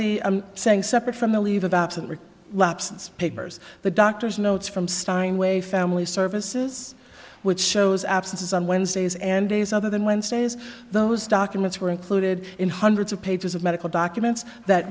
the saying separate from the leave of absence lapsus papers the doctor's notes from steinway family services which shows absences on wednesdays and days other than wednesdays those documents were included in hundreds of pages of medical documents that